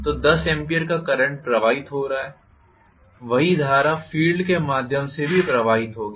तो 10 A का current प्रवाहित हो रहा है वही धारा फील्ड के माध्यम से भी प्रवाहित होगी